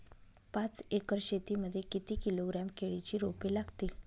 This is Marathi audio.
पाच एकर शेती मध्ये किती किलोग्रॅम केळीची रोपे लागतील?